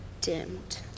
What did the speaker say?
Dimmed